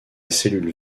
cellule